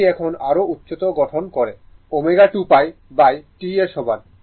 এটি এখন আরও উচ্চতর গঠন করে সময় দেখুন 2949 ω 2π T এর সমান